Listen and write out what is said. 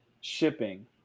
shipping